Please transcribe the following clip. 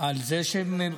על מה?